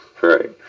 Right